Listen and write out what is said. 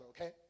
okay